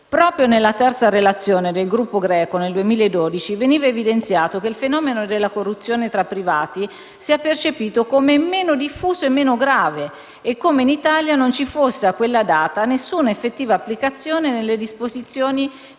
Proprio nella terza relazione del gruppo "Greco" nel 2012 veniva evidenziato come il fenomeno della corruzione tra privati sia percepito come meno diffuso e meno grave e come in Italia non ci fosse a quella data nessuna effettiva applicazione delle disposizioni dell'articolo